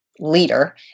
leader